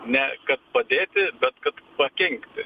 ne kad padėti bet kad pakenkti